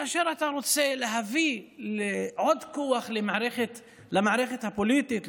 כאשר אתה רוצה להביא לעוד כוח למערכת הפוליטית,